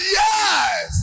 yes